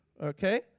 okay